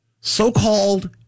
So-called